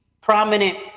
prominent